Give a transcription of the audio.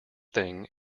thing